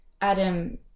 Adam